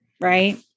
right